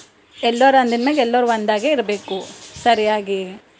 ಎಲ್ಲರ್ ಅಂದ್ರ ಮ್ಯಾಗ ಎಲ್ಲರ್ ಒಂದಾಗೇ ಇರಬೇಕು ಸರಿಯಾಗಿ